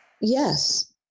yes